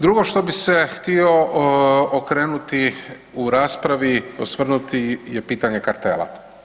Drugo što bih se htio okrenuti u raspravi, osvrnuti je pitanje kartela.